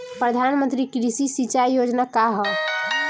प्रधानमंत्री कृषि सिंचाई योजना का ह?